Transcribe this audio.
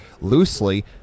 loosely –